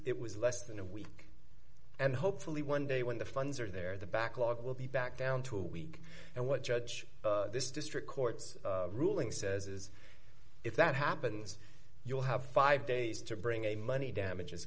it was less than a week and hopefully one day when the funds are there the backlog will be back down to a week and what judge this district court's ruling says is if that happens you'll have five days to bring a money damages